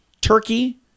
Turkey